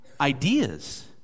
ideas